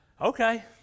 Okay